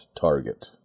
target